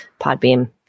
Podbeam